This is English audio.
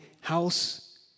house